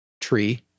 tree